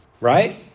right